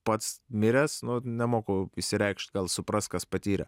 pats miręs nu nemoku išsireikšt gal supras kas patyrė